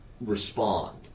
respond